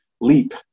Leap